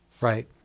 right